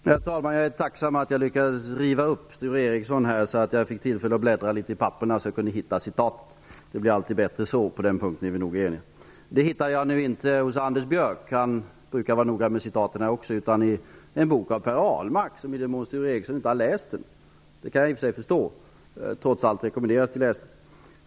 Herr talman! Jag är tacksam för att jag lyckades riva upp Sture Ericson här, för då fick jag tillfälle att bläddra litet i papprena och kunde hitta citatet. Det blir alltid bättre så, och på den punkten är vi nog eniga. Citatet hittade jag dock inte hos Anders Björck -- han brukar också vara noga med citat -- utan i en bok av Per Ahlmark som i den mån Sture Ericson inte har läst den, och det kan jag i och för sig förstå, trots allt rekommenderas till läsning.